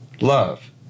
love